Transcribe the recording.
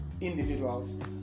individuals